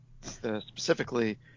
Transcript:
specifically